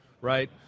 right